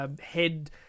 Head